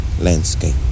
landscape